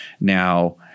Now